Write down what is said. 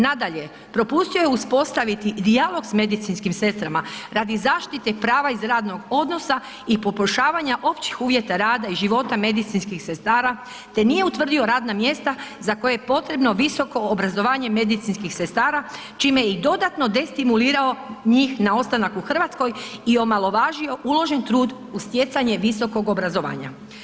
Nadalje, propustio je uspostaviti dijalog s medicinskim sestrama radi zaštite prava iz radnog odnosa i poboljšavanja općih uvjeta rada i života medicinskih sestara te nije utvrdio radna mjesta za koje je potrebno visoko obrazovanje medicinskih sestara čime je i dodatno destimulirao njih na ostanak u Hrvatskoj i omalovažio uložen trud u stjecanje visokog obrazovanja.